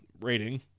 rating